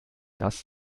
das